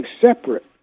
separate